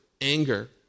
anger